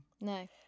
No